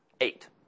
Eight